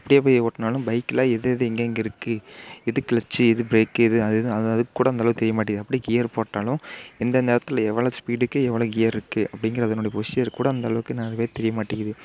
அப்படியே போய் ஓட்டினாலும் பைக்கில் எதெது எங்கெங்கே இருக்குது எது க்ளச்சி எது ப்ரேக்கு எது அது அதுதான் அதுகூட அந்தளவுக்கு தெரியமாட்டேங்குது அப்டியே கியர் போட்டாலும் எந்த நேரத்தில் எவ்வளோ ஸ்பீடுக்கு எவ்வளோ கியர் இருக்குது அப்படிங்கிறது அதனுடைய ப்ரொசீஜர் கூட அந்தளவுக்கு நிறைய தெரியமாட்டேங்குது